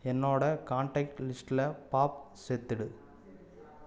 என்னோட கான்டாக்ட் லிஸ்ட்டில் பாப் சேர்த்துவிடு